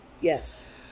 Yes